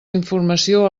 informació